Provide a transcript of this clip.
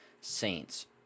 Saints